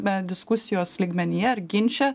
bent diskusijos lygmenyje ar ginče